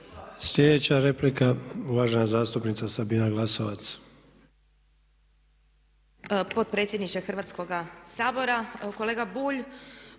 Sljedeća replika, uvažena zastupnica Sabina Glasovac.